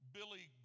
Billy